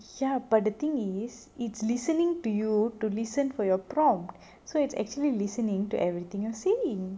ya but the thing is it's listening to you to listen for your prompt so it's actually listening to everything you're saying